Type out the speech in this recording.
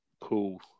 Cool